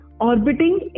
orbiting